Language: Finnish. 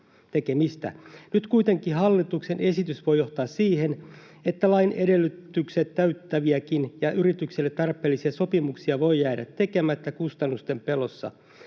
Nyt kuitenkin hallituksen esitys voi johtaa siihen, että lain edellytykset täyttäviäkin ja yrityksille tarpeellisia sopimuksia voi jäädä tekemättä kustannusten pelossa.